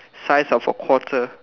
size of a quarter